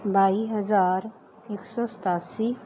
ਬਾਈ ਹਜ਼ਾਰ ਇਕ ਸੌ ਸਤਾਸੀ